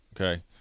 okay